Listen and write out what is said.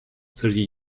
thirty